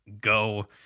Go